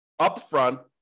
upfront